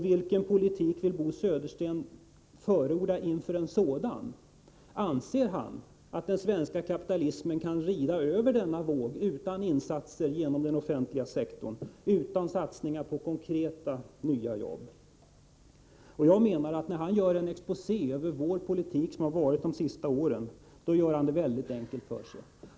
Vilken politik vill Bo Södersten förorda inför en sådan? Anser han att den svenska kapitalismen kan rida över denna våg utan insatser genom den offentliga sektorn, utan satsning på konkreta nya jobb? När Bo Södersten gör en exposé över vår politik under de senaste åren, gör han det väldigt enkelt för sig.